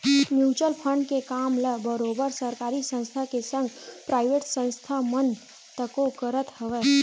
mutual fund के काम ल बरोबर सरकारी संस्था के संग पराइवेट संस्था मन तको करत हवय